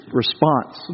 response